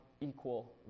equal